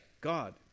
God